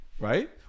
Right